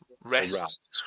rest